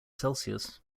celsius